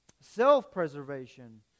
self-preservation